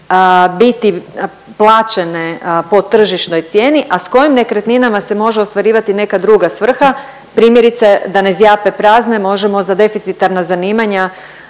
biti plaćene po tržišnoj cijeni, a s kojim nekretninama se može ostvarivati neka druga svrha, primjerice da ne zjape prazne možemo za deficitarna zanimanja